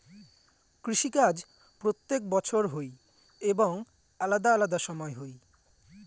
কৃষি কাজ প্রত্যেক বছর হই এবং আলাদা আলাদা সময় হই